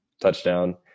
touchdown